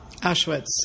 Auschwitz